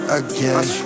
again